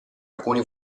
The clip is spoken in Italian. alcuni